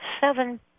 seven